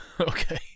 Okay